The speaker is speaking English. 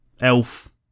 Elf